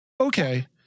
Okay